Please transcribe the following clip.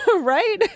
right